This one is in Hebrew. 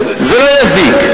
זה לא יזיק.